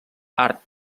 art